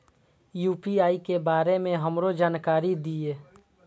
UPI के बारे में हमरो जानकारी दीय?